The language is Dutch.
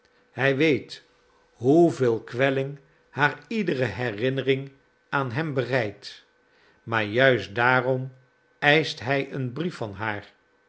hij weet hoeveel kwelling haar iedere herinnering aan hem bereidt maar juist daarom eischt hij een brief van haar